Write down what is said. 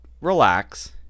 Relax